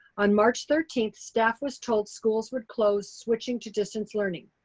on march thirteenth, staff was told schools would close switching to distance learning.